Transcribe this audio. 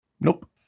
Nope